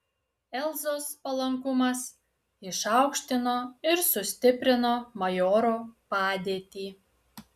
elzos palankumas išaukštino ir sustiprino majoro padėtį